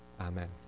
amen